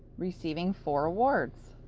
receiving four awards.